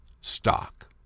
stock